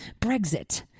Brexit